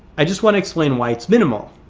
i just want to explain why it's minimal